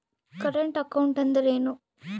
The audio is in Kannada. ಕರೆಂಟ್ ಅಕೌಂಟ್ ಅಂದರೇನು?